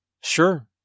Sure